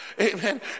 Amen